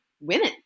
women